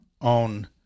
on –